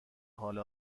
حال